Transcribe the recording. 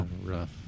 rough